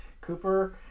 Cooper